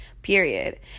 period